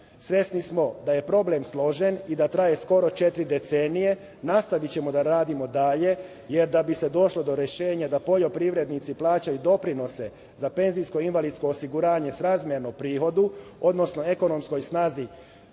zakon. Svesni smo da je problem složen i da traje skoro četiri decenije. Nastavićemo da radimo dalje, jer da bi se došlo do rešenja da poljoprivrednici plaćaju doprinose za penzijsko i invalidsko osiguranje srazmerno prihodu, odnosno ekonomskoj snazi